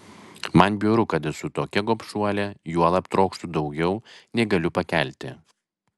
man bjauru kad esu tokia gobšuolė juolab trokštu daugiau nei galiu pakelti